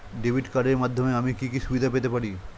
Debit কার্ডের মাধ্যমে আমি কি কি সুবিধা পেতে পারি?